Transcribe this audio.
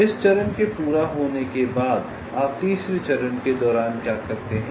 अब इस चरण के पूरा होने के बाद आप तीसरे चरण के दौरान क्या करते हैं